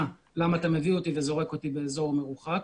ולמה הוא מביא אותי וזורק אותי באזור מרוחק.